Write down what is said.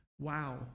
wow